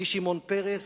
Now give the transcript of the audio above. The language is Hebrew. משמעון פרס,